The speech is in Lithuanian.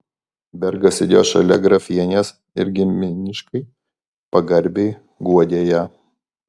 bergas sėdėjo šalia grafienės ir giminiškai pagarbiai guodė ją